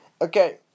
Okay